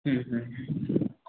হুম হুম হুম